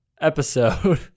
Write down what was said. episode